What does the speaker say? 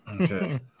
Okay